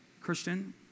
Christian